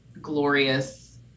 glorious